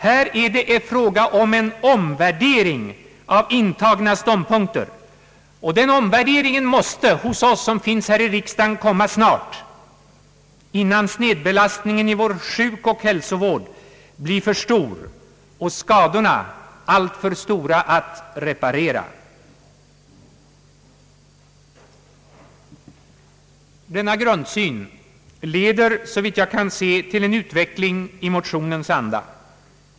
Här är det fråga om en omvärdering av intagna ståndpunkter, och den omvärderingen måste hos oss här i riksdagen komma snart, innan snedbelastningen i vår sjukoch hälsovård blir för stor och skadorna alltför stora att reparera. Denna grundsyn leder såvitt jag kan se till en utveckling i motionens anda.